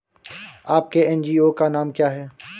आपके एन.जी.ओ का नाम क्या है?